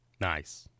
Nice